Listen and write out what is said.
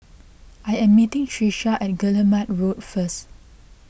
I am meeting Trisha at Guillemard Road first